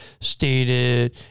stated